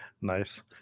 Nice